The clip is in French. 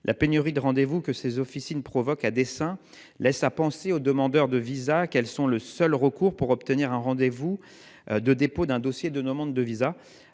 La pénurie de rendez-vous que ces officines provoquent à dessein laisse à penser aux demandeurs de visas qu'elles sont le seul recours pour obtenir un rendez-vous de dépôt d'un dossier de demande de visa.